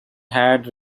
had